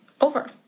over